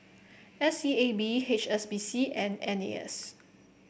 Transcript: S E A B H S B C and N A S